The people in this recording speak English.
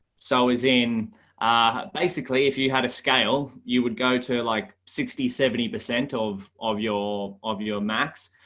so is in basically, if you had a scale, you would go to like sixty seventy percent of of your of your max,